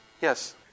Yes